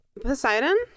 Poseidon